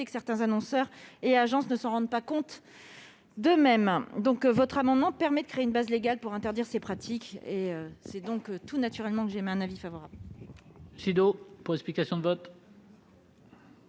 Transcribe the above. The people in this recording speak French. que certains annonceurs et agences ne s'en rendent pas compte ! L'adoption de cet amendement permettrait de créer une base légale pour interdire ces pratiques ; c'est donc tout naturellement que j'émets un avis favorable.